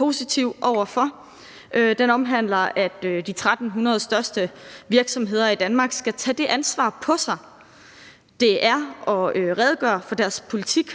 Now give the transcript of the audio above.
mere heroppe. Den omhandler, at de 1.300 største virksomheder i Danmark skal tage det ansvar på sig at redegøre for deres politik